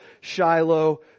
Shiloh